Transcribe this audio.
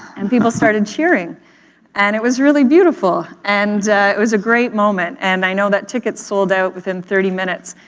and people started cheering and it was really beautiful. and it was a great moment and i know that tickets sold out within thirty minutes.